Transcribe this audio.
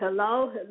Hello